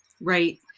Right